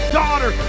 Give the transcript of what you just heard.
daughter